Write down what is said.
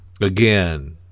again